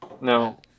no